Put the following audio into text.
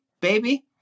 baby